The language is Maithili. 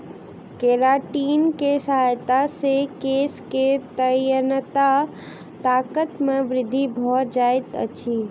केरातिन के सहायता से केश के तन्यता ताकत मे वृद्धि भ जाइत अछि